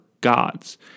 gods